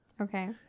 Okay